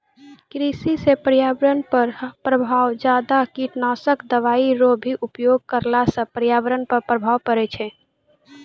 कृषि से पर्यावरण पर प्रभाव ज्यादा कीटनाशक दवाई रो भी उपयोग करला से पर्यावरण पर प्रभाव पड़ै छै